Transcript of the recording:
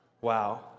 wow